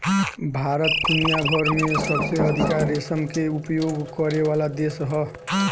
भारत दुनिया भर में सबसे अधिका रेशम के उपयोग करेवाला देश ह